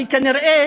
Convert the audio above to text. כי כנראה